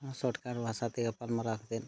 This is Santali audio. ᱥᱚᱴᱠᱟᱴ ᱵᱷᱟᱥᱟᱛᱮ ᱜᱟᱯᱟᱞ ᱢᱟᱨᱟᱣ ᱠᱟᱛᱮᱫ